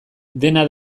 dena